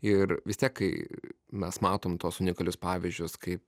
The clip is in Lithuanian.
ir vis tiek kai mes matome tuos unikalius pavyzdžius kaip